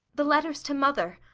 the letters to mother.